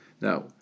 Now